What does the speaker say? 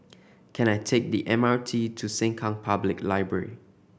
can I take the M R T to Sengkang Public Library